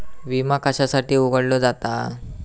विमा कशासाठी उघडलो जाता?